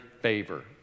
favor